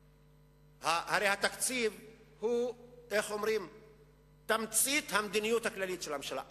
הרי התקציב הוא תמצית המדיניות הכללית של הממשלה.